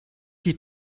die